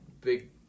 big